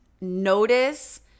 notice